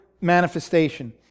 manifestation